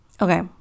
Okay